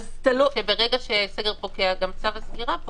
ברגע שסגר פוקע, גם צו הסגירה פוקע.